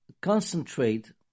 concentrate